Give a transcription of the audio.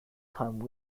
time